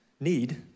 need